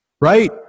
right